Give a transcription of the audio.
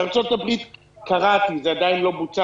בארצות הברית קראתי זה עדיין לא בוצע